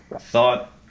thought